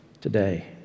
today